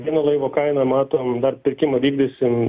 vieno laivo kaina matom dar pirkimą vykdysim